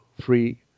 free